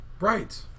Right